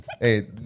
Hey